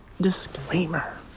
disclaimer